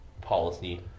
policy